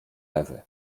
ewy